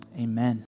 amen